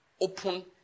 open